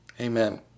Amen